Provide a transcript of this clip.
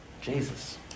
Jesus